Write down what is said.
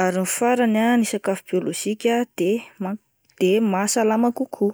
ary ny farany ah ny sakafo biôlojika de ma-de mahasalama kokoa.